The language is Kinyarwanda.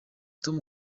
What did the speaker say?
tom